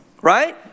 Right